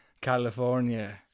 California